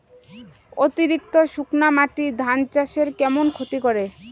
অতিরিক্ত শুকনা মাটি ধান চাষের কেমন ক্ষতি করে?